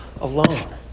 Alone